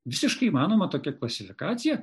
visiškai įmanoma tokia klasifikacija